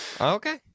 Okay